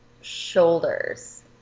shoulders